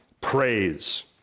praise